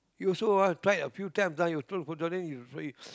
he also ah try a few times ah he also